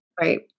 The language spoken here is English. Right